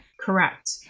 Correct